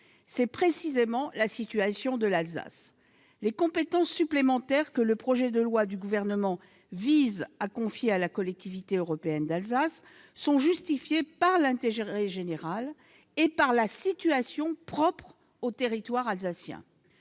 est précisément la situation de l'Alsace : les compétences supplémentaires que le projet de loi vise à confier à la Collectivité européenne d'Alsace sont justifiées par l'intérêt général et par la situation propre au territoire alsacien.